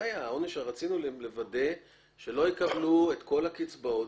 רצינו לוודא שהם לא יקבלו את כל הקצבאות.